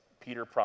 Peter